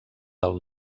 del